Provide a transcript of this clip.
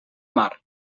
mar